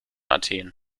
athen